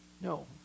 No